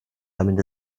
damit